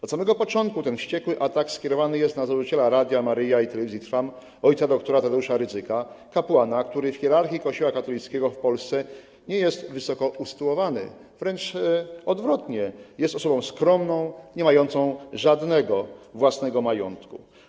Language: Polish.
Od samego początku ten wciekły atak skierowany jest na założyciela Radia Maryja i Telewizji Trwam - ojca doktora Tadeusza Rydzyka, kapłana, który w hierarchii kościoła katolickiego w Polsce nie jest wysoko usytuowany, wręcz odwrotnie, jest osobą skromną, niemającą żadnego własnego majątku.